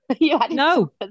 No